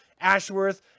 Ashworth